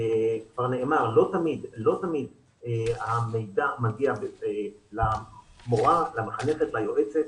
לא תמיד המידע מגיע למורה, למחנכת, ליועצת.